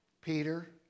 Peter